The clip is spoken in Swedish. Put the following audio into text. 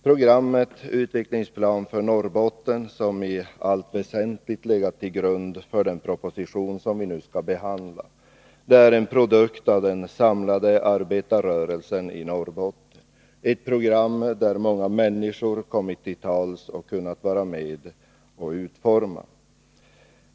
Programmet Utvecklingsplan för Norrbotten, som i allt väsentligt legat till grund för den proposition som vi nu skall behandla, är en produkt av den samlade arbetarrörelsen i Norrbotten, ett program där många människor kommit till tals och varit med och utformat förslag.